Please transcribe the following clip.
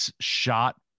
shot